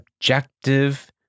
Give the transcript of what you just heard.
objective